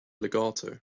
legato